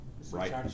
Right